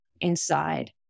inside